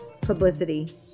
publicity